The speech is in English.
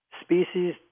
species